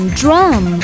drum